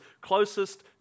closest